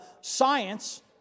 science